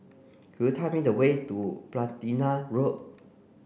could you tell me the way to Platina Road